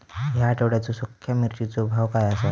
या आठवड्याचो सुख्या मिर्चीचो भाव काय आसा?